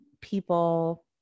people